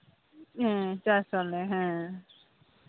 ᱪᱟᱥ ᱟᱞᱮ ᱦᱮᱸ